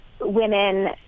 Women